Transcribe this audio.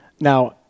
now